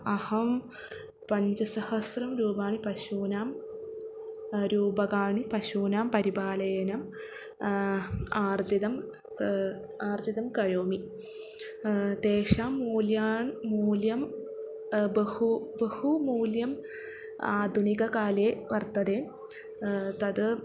अहं पञ्चसहस्रं रूप्यकाणि पशूनां रूप्यकाणि पशूनां परिपालनम् आर्जितं आर्जितं करोमि तेषां मूल्यानि मूल्यं बहु बहु मूल्यम् आधुनिककाले वर्तते तद्